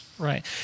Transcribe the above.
Right